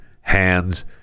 hands